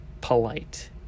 polite